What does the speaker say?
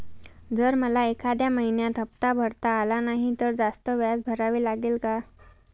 जर मला एखाद्या महिन्यात हफ्ता भरता आला नाही तर जास्त व्याज भरावे लागेल का?